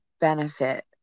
benefit